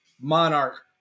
Monarch